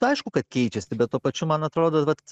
aišku kad keičiasi bet tuo pačiu man atrodo vat